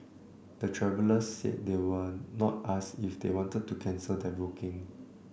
the travellers said they were not asked if they wanted to cancel their booking